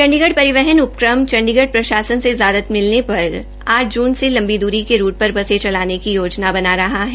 चंडीगढ़ परिवहन उपक्रम सीटीयू चंडीगढ़ प्रशासन से इजाजत मिलने पर आठ जून से लंबी दुरी के रूट पर बसें चलाने की योजना बना रहा है